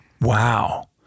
Wow